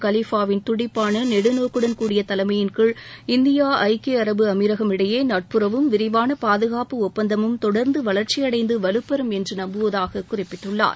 கலிஃபாவின் தடிப்பான நெடுநோக்குடன் கூடிய தலைமையின்கீழ் இந்தியா ஐக்கிய அரபு எமிரகம் இடையே நட்புறவும் விரிவான பாதுகாப்பு ஒப்பந்தமும் தொடர்ந்து வளர்ச்சியடைந்து வலுப்பெறும் என்று நம்புவதாக குறிப்பிட்டுள்ளார்